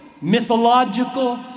mythological